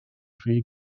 rhy